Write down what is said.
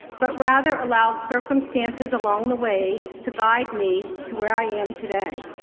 but rather allowed circumstances along the way to guide me to where i am today.